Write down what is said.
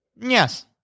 Yes